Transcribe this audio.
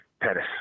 Pettis